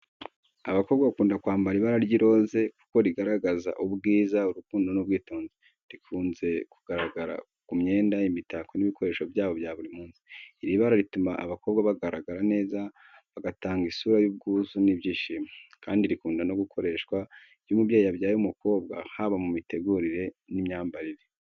Abakobwa bakunda kwambara ibara ry'iroze kuko rigaragaza ubwiza, urukundo n’ubwitonzi. Rikunze kugaragara ku myenda, imitako n’ibikoresho byabo bya buri munsi. Iri bara rituma abakobwa bagaragara neza, bagatanga isura y’ubwuzu n’ibyishimo, kandi rikunda no gukoreshwa iyo umubyeyi yabyaye umukobwa haba mu mitegurire n’imyambarire.